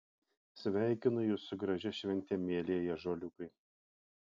sveikinu jus su gražia švente mielieji ąžuoliukai